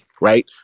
right